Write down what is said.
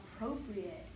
appropriate